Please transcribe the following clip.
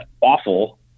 awful